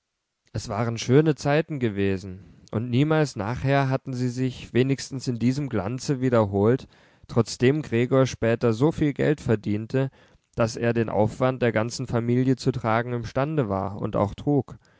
es waren schöne zeiten gewesen und niemals nachher hatten sie sich wenigstens in diesem glanze wiederholt trotzdem gregor später so viel geld verdiente daß er den aufwand der ganzen familie zu tragen imstande war und auch trug